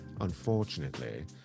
Unfortunately